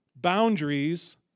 Boundaries